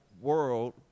world